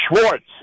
Schwartz